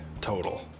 total